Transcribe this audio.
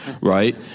right